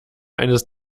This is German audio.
eines